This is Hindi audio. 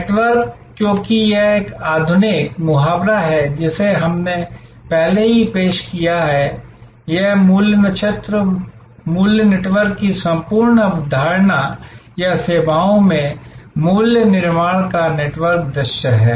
नेटवर्क क्योंकि यह एक आधुनिक मुहावरा है जिसे हमने पहले ही पेश किया है यह मूल्य नक्षत्र और मूल्य नेटवर्क की संपूर्ण अवधारणा या सेवाओं में मूल्य निर्माण का नेटवर्क दृश्य है